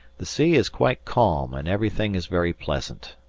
the sea is quite calm and everything is very pleasant.